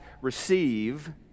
receive